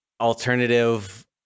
alternative